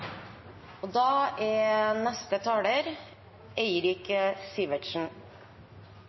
og da er